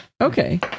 Okay